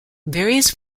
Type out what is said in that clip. various